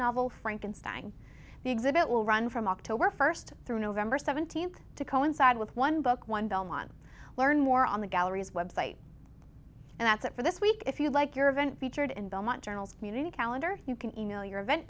novel frankenstein the exhibit will run from october st through november th to coincide with one book one delmon learn more on the galleries website and that's it for this week if you like your event featured in belmont journals community calendar you can e mail your event